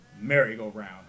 merry-go-round